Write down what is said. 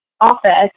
office